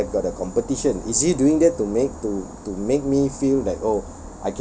I have got a competition is she doing that to make to to make me feel like oh